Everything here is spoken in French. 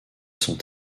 sont